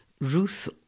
Ruth